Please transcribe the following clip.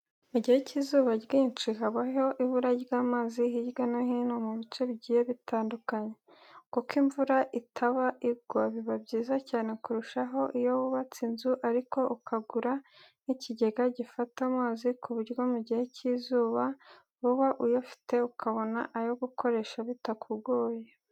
Mu gihe cy'izuba ryinshi habaho ibura ry'amazi hirya no hino mu bice bigiye biyandukanye, kuko imvura itaba igwa, biba byiza cyane kurushaho iyo wubatse inzu ariko ukagura n'ikigega gifata amazi ku buryo mu gihe cy'izuba, uba uyafite ukabona ayo ukoresha bitakugoye.